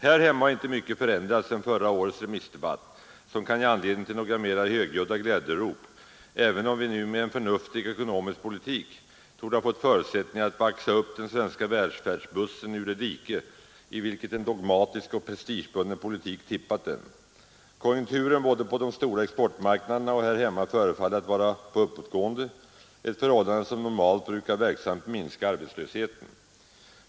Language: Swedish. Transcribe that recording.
Här hemma har inte mycket förändrats sedan förra årets remissdebatt som kan ge anledning till några mera högljudda glädjerop, även om vi nu med en förnuftig ekonomisk politik torde ha fått förutsättningar att baxa upp den svenska välfärdsbussen ur det dike, i vilket en dogmatisk och prestigebunden politik tippat den. Konjunkturen både på de stora exportmarknaderna och här hemma förefaller att vara på uppåtgående, ett förhållande som normalt brukar verksamt minska arbetslösheten.